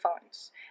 phones